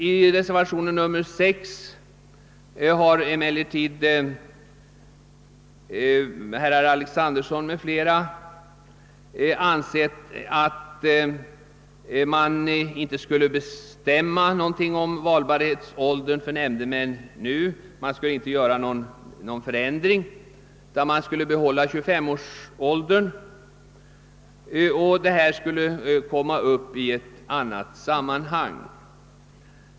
I reservationen 6 har emellertid herr Alexanderson m.fl. ansett att man nu inte skall göra någon ändring av valbarhetsåldern för nämndemän, utan behålla 25-årsåldern. Frågan skulle i stället tas upp i ett annat sammanhang.